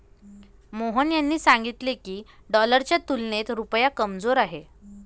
मोहन यांनी सांगितले की, डॉलरच्या तुलनेत रुपया कमजोर आहे